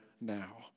now